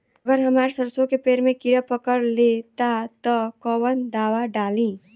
अगर हमार सरसो के पेड़ में किड़ा पकड़ ले ता तऽ कवन दावा डालि?